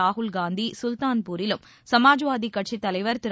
ராகுல்காந்தி சுல்தான்பூரிலும் சமாஜ்வாதி கட்சித் தலைவர் திரு